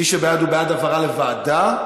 מי שבעד, הוא בעד העברה לוועדה,